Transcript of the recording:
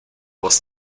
was